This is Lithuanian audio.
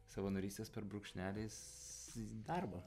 savanorystės per brūkšnelis darbo